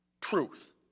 truth